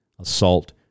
assault